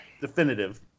Definitive